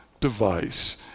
device